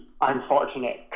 unfortunate